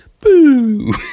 boo